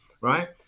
right